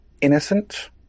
innocent